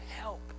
help